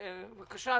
בבקשה,